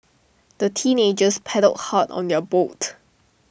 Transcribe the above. the teenagers paddled hard on their boat